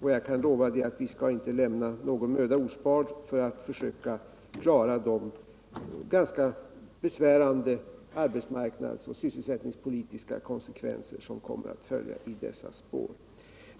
Jag kan lova att vi inte skall spara någon möda för att försöka klara de ganska besvärande arbetsmarknadsoch sysselsättningspolitiska konsekvenser som kommer att följa i deras spår.